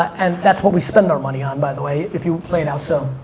and that's what we spend our money on, by the way, if you play it out so.